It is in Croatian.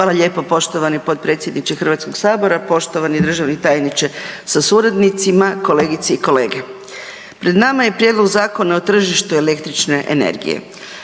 Hvala lijepo poštovani potpredsjedniče Hrvatskog sabora. Poštovani državni tajniče sa suradnicima, kolegice i kolege, pred nama je Prijedlog Zakona o tržištu električne energije.